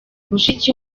mushiki